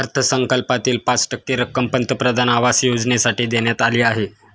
अर्थसंकल्पातील पाच टक्के रक्कम पंतप्रधान आवास योजनेसाठी देण्यात आली आहे